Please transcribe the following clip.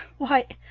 why!